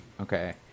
Okay